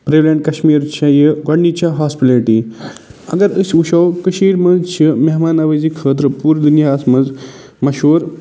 کَشمیٖر چھِ یہِ گۄڈٕنِچ چھےٚ ہاسپِٹَلٹی اَگر أسۍ وُچھَو کٔشیٖرِ منٛز چھِ مہمان نوٲزی خٲطرٕ پوٗرٕ دُنیاہَس منٛز مہشوٗر